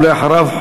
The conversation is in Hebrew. ואחריו,